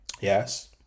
yes